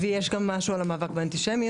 יש גם משהו על המאבק באנטישמיות.